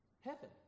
Heaven